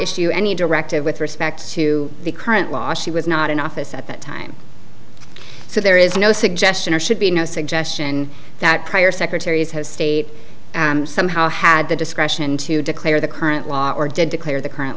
issue any directive with respect to the current law she was not in office at that time so there is no suggestion or should be no suggestion that prior secretaries his state somehow had the discretion to declare the current law or did declare the current